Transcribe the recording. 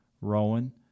rowan